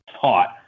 taught